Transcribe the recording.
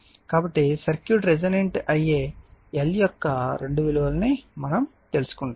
కాబట్టి circuit resonant అయ్యే L యొక్క రెండు విలువలను మనం తెలుసుకుంటాము